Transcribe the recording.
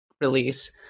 release